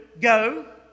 Go